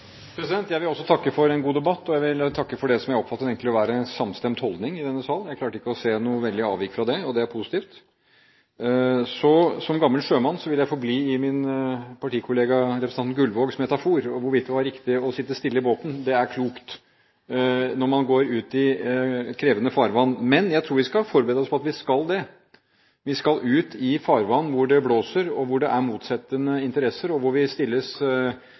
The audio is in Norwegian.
jeg vil takke for det som jeg egentlig oppfattet å være en samstemt holdning i denne sal. Jeg klarte ikke å se noe veldige avvik her, og det er positivt. Som gammel sjømann vil jeg forbli i min partikollega representanten Gullvågs metafor – hvorvidt det er riktig å sitte stille i båten. Det er klokt når man går ut i krevende farvann. Men jeg tror vi skal forberede oss på at vi skal det. Vi skal ut i farvann hvor det blåser, hvor det er motstridende interesser, og hvor det stilles